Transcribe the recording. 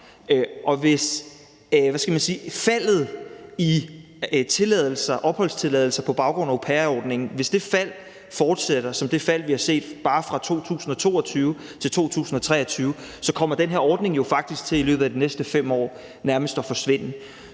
og hvis faldet i opholdstilladelser på baggrund af au pair-ordningen fortsætter som det fald, vi har set bare fra 2022 til 2023, så kommer den her ordning i løbet af de næste 5 år jo faktisk nærmest til at forsvinde.